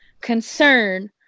concern